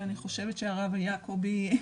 ואני חושבת שהרב יעקבי יודע,